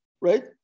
right